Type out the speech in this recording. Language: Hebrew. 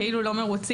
כאילו לא מרוצים.